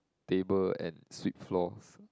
table and sweep floors